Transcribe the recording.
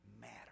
matter